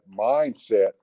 mindset